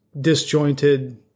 disjointed